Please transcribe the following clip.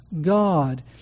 God